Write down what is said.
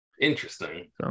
Interesting